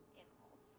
animals